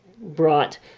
brought